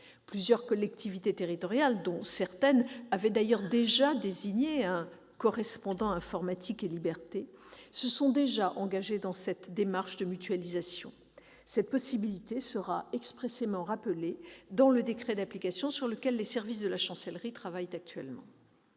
Plusieurs collectivités territoriales, dont certaines avaient déjà désigné un correspondant Informatique et libertés, se sont d'ores et déjà engagées dans cette démarche de mutualisation. Cette possibilité sera expressément rappelée dans le décret d'application sur lequel les services de la Chancellerie travaillent actuellement.